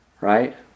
Right